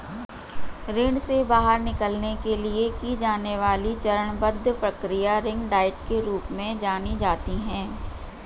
ऋण से बाहर निकलने के लिए की जाने वाली चरणबद्ध प्रक्रिया रिंग डाइट के रूप में जानी जाती है